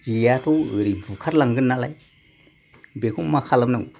जेआथ' ओरै बुखारलांगोन नालाय बेखौ मा खालामनांगौ